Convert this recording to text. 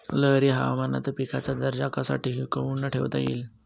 लहरी हवामानात पिकाचा दर्जा कसा टिकवून ठेवता येईल?